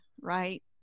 right